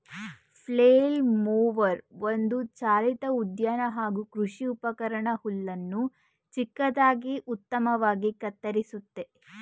flail mower ಒಂದು ಚಾಲಿತ ಉದ್ಯಾನ ಹಾಗೂ ಕೃಷಿ ಉಪಕರಣ ಹುಲ್ಲನ್ನು ಚಿಕ್ಕದಾಗಿ ಉತ್ತಮವಾಗಿ ಕತ್ತರಿಸುತ್ತೆ